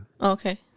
Okay